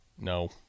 No